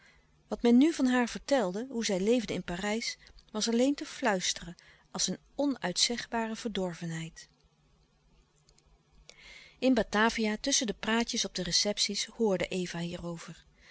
wat men nu van haar vertelde hoe zij leefde in parijs was alleen te fluisteren als een onuitzegbare verdorvenheid in batavia tusschen de praatjes op de louis couperus de stille kracht receptie's hoorde eva hierover